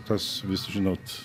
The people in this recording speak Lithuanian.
tas visi žinot